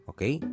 Okay